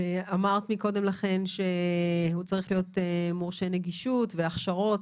אמרת קודם לכן שהוא צריך להיות מורשה נגישות והכשרות.